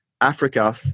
Africa